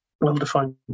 well-defined